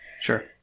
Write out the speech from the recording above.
Sure